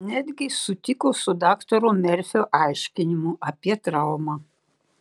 netgi sutiko su daktaro merfio aiškinimu apie traumą